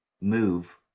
move